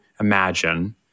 imagine